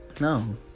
No